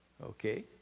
Okay